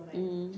mmhmm